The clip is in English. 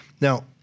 Now